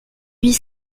huit